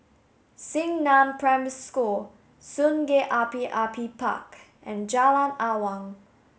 Xingnan Primary School Sungei Api Api Park and Jalan Awang